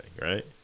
right